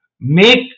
make